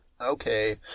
okay